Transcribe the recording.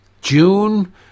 June